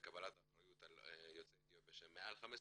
לקבלת האחריות על יוצאי אתיופיה שהם מעל 15 שנה,